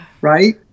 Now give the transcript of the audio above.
Right